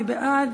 מי בעד?